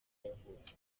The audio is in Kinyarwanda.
yavutse